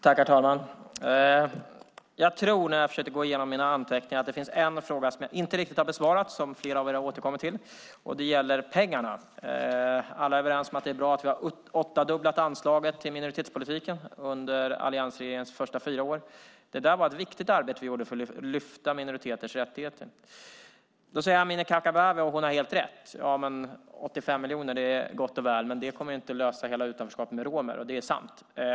Herr talman! När jag försökte gå igenom mina anteckningar såg jag att det finns en fråga som jag tror att jag inte riktigt har besvarat. Flera av er har återkommit till den. Det gäller pengarna. Alla är vi överens om att det är bra att vi har åttafaldigat anslaget till minoritetspolitiken under alliansregeringens första fyra år. Det var ett viktigt arbete vi gjorde för att lyfta minoriteters rättigheter. Amineh Kakabaveh säger - och hon har helt rätt - att 85 miljoner är gott och väl men att de inte kommer att lösa hela problemet med romernas utanförskap. Det är sant.